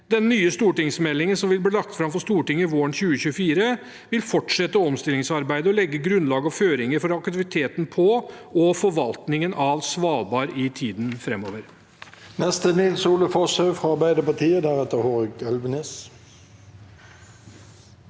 Den nye stortingsmeldingen, som vil bli lagt fram for Stortinget våren 2024, vil fortsette omstillingsarbeidet og legge grunnlag og føringer for aktiviteten på og forvaltningen av Svalbard i tiden framover.